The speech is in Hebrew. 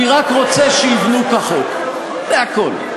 אני רק רוצה שיבנו כחוק, זה הכול.